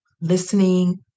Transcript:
listening